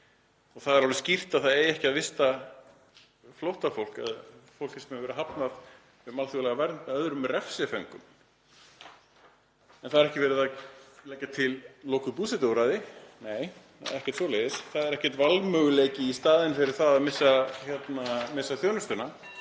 Það er alveg skýrt að það á ekki að vista flóttafólk, eða fólk sem hefur verið neitað um alþjóðlega vernd, með öðrum refsiföngum. En það er ekki verið að leggja til lokuð búsetuúrræði. Nei, ekkert svoleiðis, það er ekki valmöguleiki í staðinn fyrir það að missa þjónustuna,